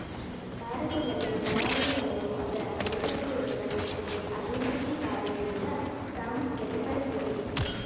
ಭಾರತದಲ್ಲಿನ ಕರಾವಳಿ ವಲಯವು ಅದರ ಪರಿಸರ ವ್ಯವಸ್ಥೆ ಜೊತೆ ಅಭಿವೃದ್ಧಿ ಕಾರ್ಯದಿಂದ ಪ್ರಾಮುಖ್ಯತೆ ಪಡೆದಿದೆ